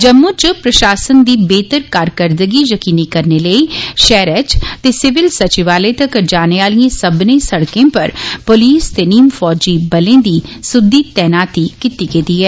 जम्मू च प्रशासन दी बेहतर कारकरदगी जकीनी करने लेई शैहरें च ते सिविल सचिवालय तगर जाने आलिए सब्बने सड़के पर पुलस ते नीम फौजी बलें दी सुद्दी तैनाती कीती गेदी ऐ